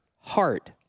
heart